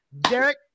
Derek